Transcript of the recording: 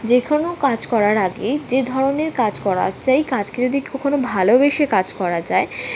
যে কোনো কাজ করার আগেই যে ধরনের কাজ করা চেই কাজকে যদি কখনো ভালোবেসে কাজ করা যায়